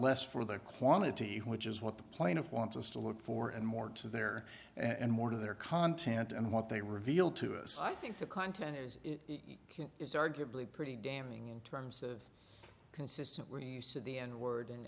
less for the quantity which is what the plaintiff wants us to look for and more to their and more of their content and what they reveal to us i think the content is king is arguably pretty damning in terms of consistently use of the n word and